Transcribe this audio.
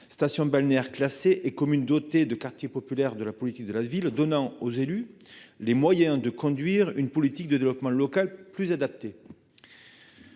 stations balnéaires classées et des communes dotées de quartiers prioritaires de la politique de la ville (QPV), ce qui donne aux élus les moyens de conduire une politique de développement local plus adaptée.